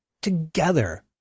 together